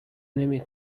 نمی